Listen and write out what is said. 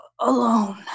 alone